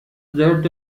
درد